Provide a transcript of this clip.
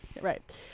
Right